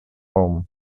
home